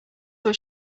what